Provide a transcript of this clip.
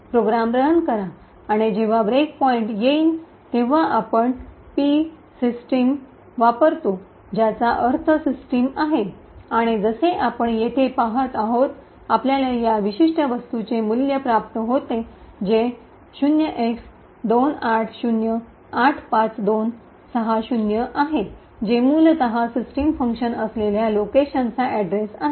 programme run करा आणि जेव्हा ब्रेक पॉइंट येइन तेव्हा आपण p सिस्टीम p system वापरतो ज्याचा अर्थ प्रिंट सिस्टम आहे आणि जसे आपण येथे पाहत आहोत आपल्याला या विशिष्ट वस्तूचे मूल्य प्राप्त होते जे 0x28085260 आहे जे मूलत सिस्टम फंक्शन असलेल्या लोकेशनचा अड्रेस आहे